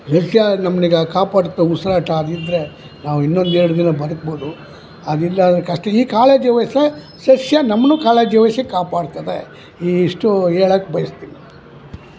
ಸಸ್ಯ ನಮ್ಮನ್ನೀಗ ಕಾಪಾಡ್ತವೆ ಉಸಿರಾಟ ಆಗಿದ್ರೆ ನಾವು ಇನ್ನೊಂದು ಎರಡು ದಿನ ಬದುಕ್ಬೋದು ಅದು ಇಲ್ಲಾಂದರೆ ಕಷ್ಟ ಈ ಕಾಳಜಿ ವಹಿಸಿ ಸಸ್ಯ ನಮ್ಮನ್ನು ಕಾಳಜಿ ವಹಿಸಿ ಕಾಪಾಡ್ತದೆ ಇಷ್ಟು ಹೇಳೋಕ್ ಬಯಸ್ತಿನಿ ನಾನು